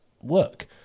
work